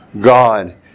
God